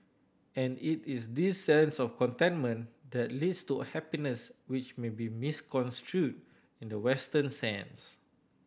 and it is this sense of contentment that leads to happiness which may be misconstrued in the Western sense